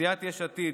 סיעת יש עתיד,